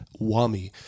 Wami